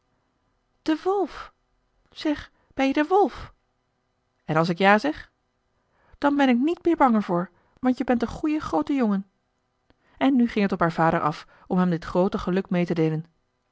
de wolf zeg ben-je de wolf en als ik ja zeg dan ben ik niet meer bang er voor want je bent een goeie groote jongen en nu ging het op haar vader af om hem dit groote geluk mee te deelen